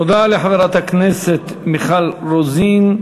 תודה לחברת הכנסת מיכל רוזין.